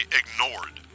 ignored